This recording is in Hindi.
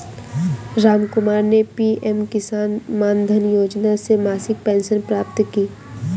रामकुमार ने पी.एम किसान मानधन योजना से मासिक पेंशन प्राप्त की